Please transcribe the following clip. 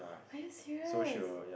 are you serious